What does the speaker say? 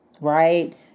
Right